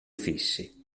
fissi